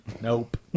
Nope